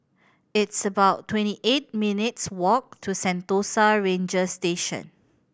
it's about twenty eight minutes' walk to Sentosa Ranger Station